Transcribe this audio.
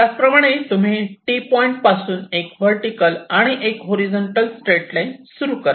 त्याचप्रमाणे तुम्ही T point पासून एक वर्टीकल आणि एक हॉरिझॉन्टल स्ट्रेट लाईन सुरू करा